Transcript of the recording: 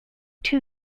two